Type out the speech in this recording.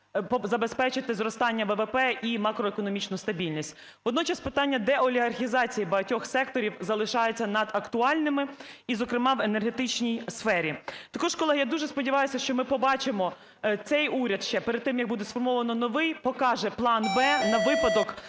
забезпечити зростання ВВП і макроекономічну стабільність. Водночас питання деолігархізації багатьох секторів залишається надактуальними, і, зокрема, в енергетичній сфері. Також, колеги, я дуже сподіваюся, що ми побачимо, цей уряд ще перед тим, як буде сформовано новий, покаже план Б на випадок